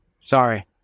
Sorry